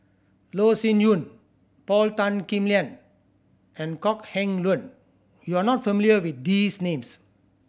Loh Sin Yun Paul Tan Kim Liang and Kok Heng Leun you are not familiar with these names